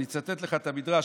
אני אצטט לך את המדרש,